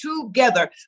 together